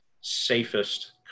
safest